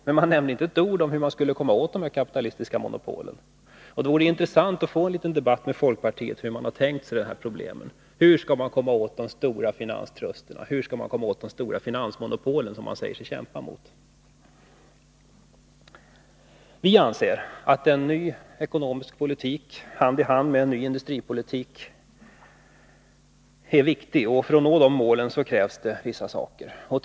Men man nämner inte med ett ord hur man skall komma åt de kapitalistiska monopolen. Det vore intressant att få en liten debatt med folkpartiet om hur man har tänkt sig att lösa de här problemen. Hur skall man komma åt de stora finanstrusterna? Hur skall man komma åt de stora finansmonopol som man säger sig kämpa mot? Vi anser att en ny ekonomisk politik hand i hand med en ny industripolitik är viktig. För att nå målen krävs vissa åtgärder.